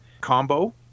combo